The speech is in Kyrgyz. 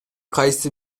кайсы